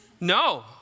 No